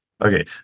Okay